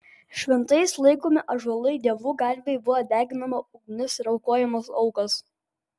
šventais laikomi ąžuolai dievų garbei buvo deginama ugnis ir aukojamos aukos